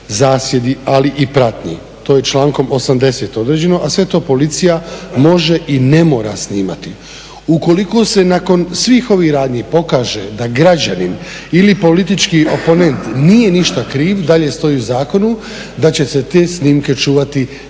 zasjedi, ali i pratnji, to je člankom 80. određeno, a sve to policija može i ne mora snimati. Ukoliko se nakon svih ovih radnji pokaže da građanin i politički oponent nije ništa kriv, dalje stoji u zakonu, da će se te snimke čuvati 90